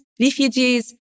refugees